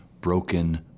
broken